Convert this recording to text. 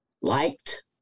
liked